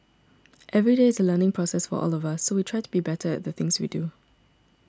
every day is a learning process for all of us so we try to be better at the things we do